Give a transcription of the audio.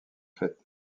fête